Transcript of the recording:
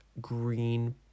green